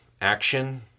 action